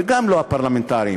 וגם הלא-פרלמנטריים,